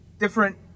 different